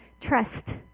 trust